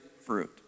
fruit